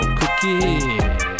cookie